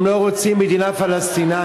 הם לא רוצים מדינה פלסטינית,